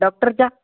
डॉक्टरच्या